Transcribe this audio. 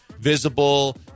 visible